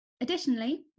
Additionally